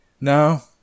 No